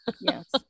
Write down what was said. Yes